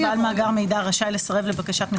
בעל מאגר מידע רשאי לסרב לבקשת מחיקה,